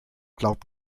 glaubt